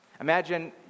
Imagine